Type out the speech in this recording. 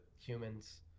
humans